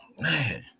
man